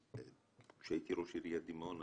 כשהייתי ראש עיריית דימונה